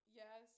yes